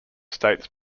states